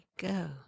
Go